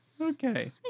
Okay